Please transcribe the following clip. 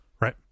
right